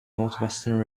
northwestern